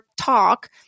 talk